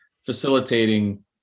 facilitating